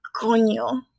coño